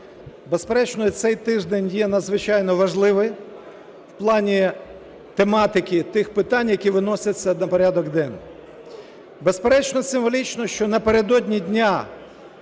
Безперечно, цей тиждень є надзвичайно важливий в плані тематики тих питань, які виносяться на порядок денний. Безперечно, символічно, що напередодні Дня